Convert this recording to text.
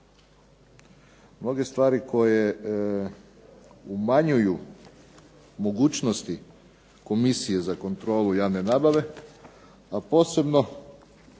mnoge stvari koje umanjuju mogućnosti Komisije za kontrolu javne nabave a posebno